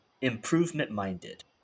improvement-minded